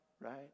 Right